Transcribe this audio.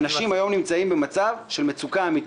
אנשים היום נמצאים במצב של מצוקה אמיתית.